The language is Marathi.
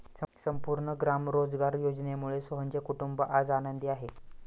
संपूर्ण ग्राम रोजगार योजनेमुळे सोहनचे कुटुंब आज आनंदी आहे